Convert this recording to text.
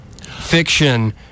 fiction